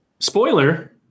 spoiler